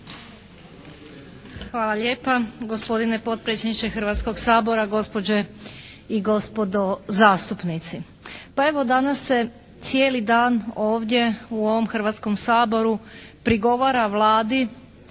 Hvala lijepa. Gospodine potpredsjedniče Hrvatskoga sabora, gospođe i gospodo zastupnici. Pa evo danas se cijeli dan ovdje u ovom Hrvatskom saboru prigovara Vladi